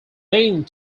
named